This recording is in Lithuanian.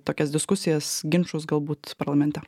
tokias diskusijas ginčus galbūt parlamente